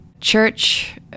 Church